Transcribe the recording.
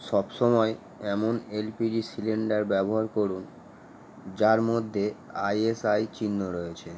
সব সময় এমন এলপিজি সিলিন্ডার ব্যবহার করুন যার মধ্যে আইএসআই চিহ্ন রয়েছে